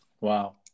Wow